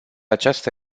această